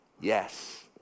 Yes